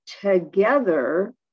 together